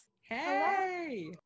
Hey